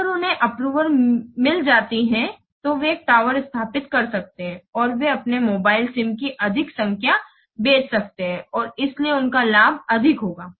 अगर उन्हें अप्रूवल मिल जाती है तो वे एक टावर स्थापित कर सकते हैं और वे अपने मोबाइल सिम की अधिक संख्या बेच सकते हैं और इसलिए उनका लाभ अधिक होगा